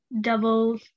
double